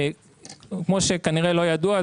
כמו שכנראה לא ידוע,